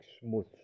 smooth